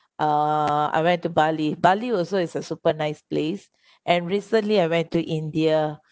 uh I went to bali bali also is a super nice place and recently I went to india